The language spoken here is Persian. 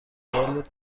بال